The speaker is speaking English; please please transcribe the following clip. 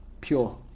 pure